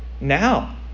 Now